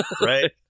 right